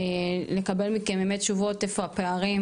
לקבל מכם באמת תשובות איפה הפערים